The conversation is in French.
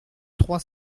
trois